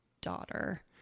daughter